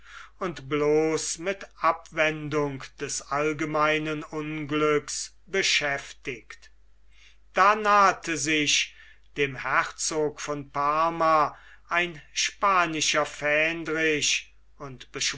und bloß mit abwendung des allgemeinen unglücks beschäftigt da nahte sich dem herzog von parma ein spanischer fähndrich und